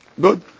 Good